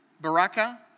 Baraka